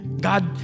God